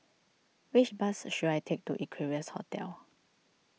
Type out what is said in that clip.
which bus should I take to Equarius Hotel